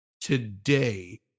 today